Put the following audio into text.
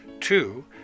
Two